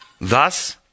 Thus